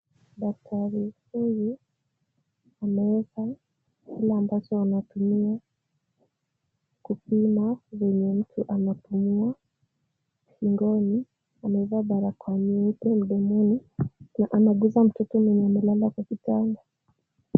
Daktari huyu ameeka kile ambacho anatumia kupima vyenye mtu anapumua shingoni. Amevaa barakoa nyeupe mdomoni na anaguza mtoto mwenye amelala kwa kitanda.